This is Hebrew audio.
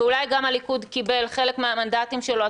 ואולי גם הליכוד קיבל חלק מהמנדטים שלו,